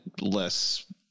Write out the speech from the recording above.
less